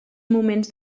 moments